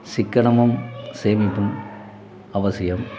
சிக்கனமும் சேமிப்பும் அவசியம்